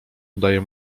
udaje